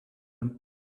him